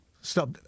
stop